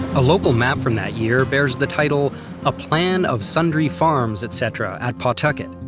a local map from that year bears the title a plan of sundry farms etc. at pawtucket.